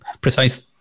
precise